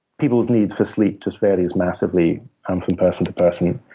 people's needs for sleep just varies massively um from person to person.